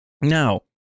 Now